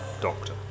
Doctor